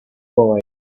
boy